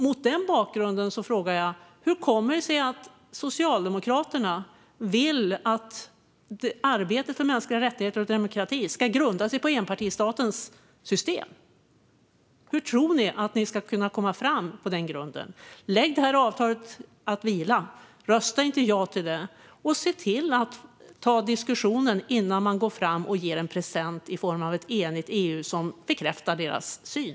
Mot denna bakgrund frågar jag: Hur kommer det sig att Socialdemokraterna vill att arbetet för mänskliga rättigheter och demokrati ska grunda sig på enpartistatens system? Hur tror ni att ni ska kunna komma fram på den grunden, Pyry Niemi? Lägg avtalet att vila! Rösta inte ja till det! Och se till att ta diskussionen innan man går fram och ger en present i form av ett enigt EU som bekräftar deras syn!